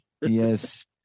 yes